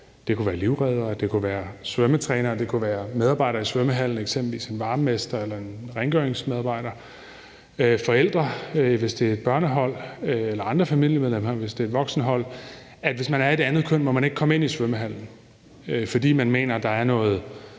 det er en livreddere, svømmetrænere eller medarbejdere i svømmehallen, eksempelvis en varmemester eller en rengøringsmedarbejder, eller forældre, hvis det er et børnehold, eller andre familiemedlemmer, hvis det er et voksenhold, ikke må komme ind i svømmehallen, fordi man mener, at der er noget